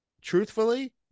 truthfully